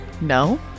no